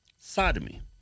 sodomy